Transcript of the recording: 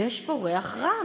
יש פה ריח רע,